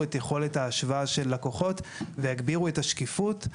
את יכולת ההשוואה של לקוחות ויגבירו את השקיפות.